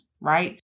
right